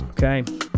Okay